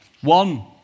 One